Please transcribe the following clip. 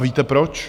A víte proč?